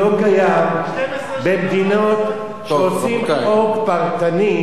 לא קיים, 12 שנה, במדינות, טוב, רבותי.